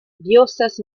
diosas